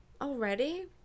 Already